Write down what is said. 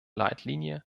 leitlinien